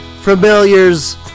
familiars